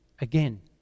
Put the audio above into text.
Again